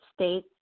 States